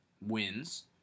wins